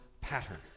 pattern